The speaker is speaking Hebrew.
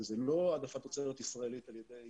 וזה לא העדפת תוצרת ישראלית על-ידי